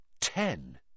ten